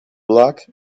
block